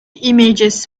images